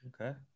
Okay